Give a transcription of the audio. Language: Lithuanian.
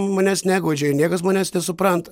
manęs neguodžia niekas manęs nesupranta